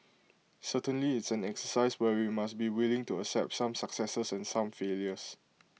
certainly it's an exercise where we must be willing to accept some successes and some failures